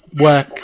work